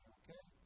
okay